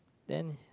then